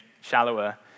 shallower